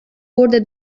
wurde